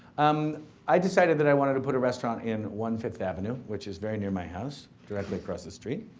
um i decided that i wanted to put a restaurant in one fifth avenue, which is very near my house, directly across the street.